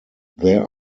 there